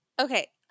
okay